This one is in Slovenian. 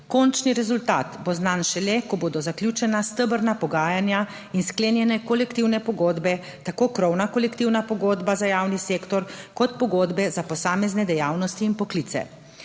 Končni rezultat bo znan šele, ko bodo zaključena stebrna pogajanja in sklenjene kolektivne pogodbe, tako krovna kolektivna pogodba za javni sektor kot pogodbe za posamezne dejavnosti in poklice.